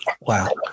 Wow